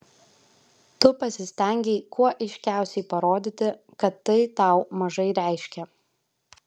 tu pasistengei kuo aiškiausiai parodyti kad tai tau mažai reiškia